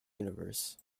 universe